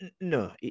no